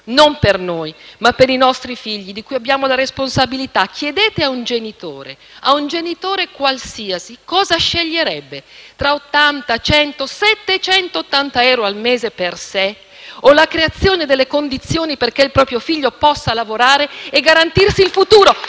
non per noi ma per i nostri figli, di cui abbiamo la responsabilità. Chiedete a un genitore qualsiasi cosa sceglierebbe tra 80, 100, 780 euro al mese per sé, o la creazione delle condizioni perché il proprio figlio possa lavorare e garantirsi il futuro: